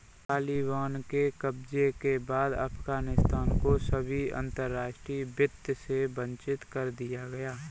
तालिबान के कब्जे के बाद अफगानिस्तान को सभी अंतरराष्ट्रीय वित्त से वंचित कर दिया गया